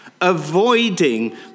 Avoiding